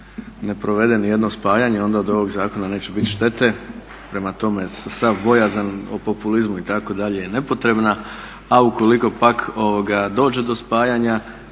ne provede ni jedno spajanje, onda od ovog zakona neće bit štete. Prema tome, sav bojazan o populizmu itd. je nepotrebna. A ukoliko pak dođe do spajanja